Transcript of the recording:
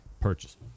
purchase